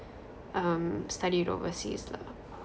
um studied overseas lah